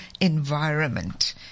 environment